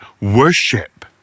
worship